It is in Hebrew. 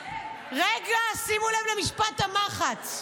רגע, שימו לב למשפט המחץ,